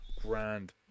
grand